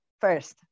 first